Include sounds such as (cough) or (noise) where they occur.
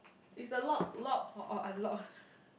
is the lock lock or or unlock (laughs)